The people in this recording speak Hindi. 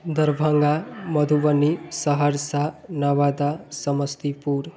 दरभंगा मधुबनी सहरसा नवादा समस्तीपुर